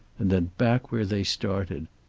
and then back where they started.